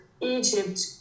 Egypt